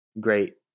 great